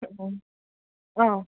অঁ